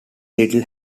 little